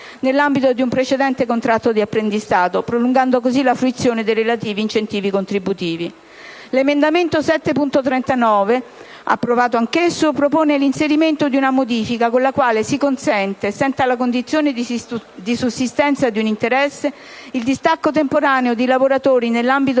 nell'ambito di un precedente contratto di apprendistato, prolungando così la fruizione dei relativi incentivi contributivi. L'emendamento 7.39, anch'esso approvato, propone l'inserimento di una modifica con la quale si consente, senza la condizione della sussistenza di un interesse, il distacco temporaneo di lavoratori nell'ambito